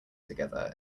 together